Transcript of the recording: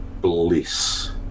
bliss